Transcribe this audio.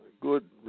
good